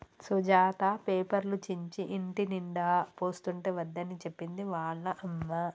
సుజాత పేపర్లు చించి ఇంటినిండా పోస్తుంటే వద్దని చెప్పింది వాళ్ళ అమ్మ